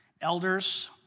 Elders